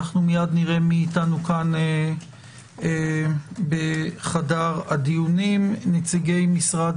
מייד נראה מי אתנו כאן בחדר הדיונים נציגי משרד